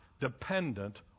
dependent